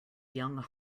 young